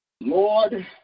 Lord